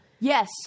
Yes